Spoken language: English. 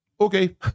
Okay